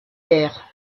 guerre